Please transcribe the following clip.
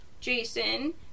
Jason